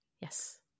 Yes